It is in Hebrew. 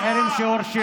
ואני מכיר אחרים שהורשעו,